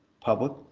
public